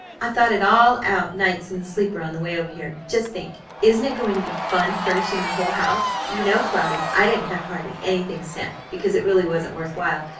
i've thought it all out nights in the sleeper on the way over here. just think! isn't it going to be fun furnishing the whole house? you know, cloudy, i didn't have hardly anything sent, because it really wasn't worth while.